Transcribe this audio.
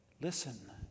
Listen